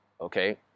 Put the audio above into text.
okay